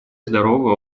здоровый